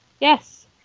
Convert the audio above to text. Yes